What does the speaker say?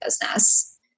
business